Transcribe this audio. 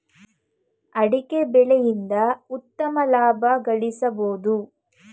ಅಡಿಕೆ ಬೆಳೆಯಿಂದ ಉತ್ತಮ ಲಾಭ ಗಳಿಸಬೋದು